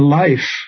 life